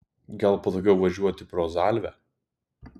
gal patogiau važiuoti pro zalvę